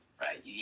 right